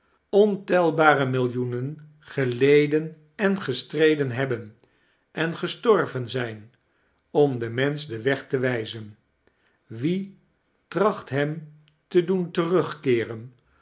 ontelbare millioenen geledien en gestreden hebben en gestorven zijn om den mensch den weg te wijzen wie tracht hem te doen terugkeeren